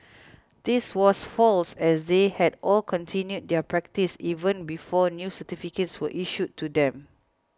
this was false as they had all continued their practice even before new certificates were issued to them